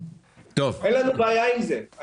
אין לנו בעיה עם זה.